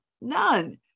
None